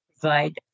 provide